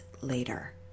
later